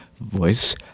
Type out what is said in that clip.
voice